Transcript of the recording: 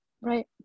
Right